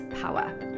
power